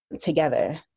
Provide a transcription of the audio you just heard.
together